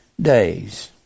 days